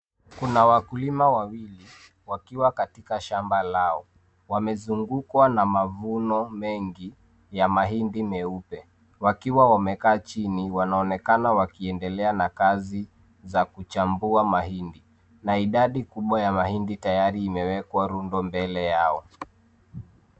Kuna wakulima wawili wakiwa katika shamba lao. Wamezungukwa na mavuno mengi ya mahindi meupe. Wakiwa wamekaa chini wanaonekana wakiendelea na kazi za kuchambua mahindi na idadi kubwa ya mahindi tayari imewekwa rundo mbele yao.